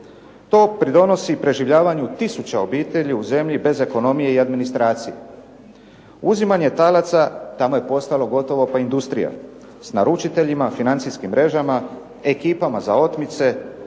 To pridonosi preživljavanju tisuće obitelji u zemlji bez ekonomije i administracije. Uzimanje talaca tamo je postalo gotovo pa industrija, s naručiteljima, financijskim mrežama, ekipama za otmice,